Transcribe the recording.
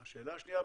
השאלה השנייה,